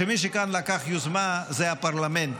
שמי שכאן לקח יוזמה זה הפרלמנט,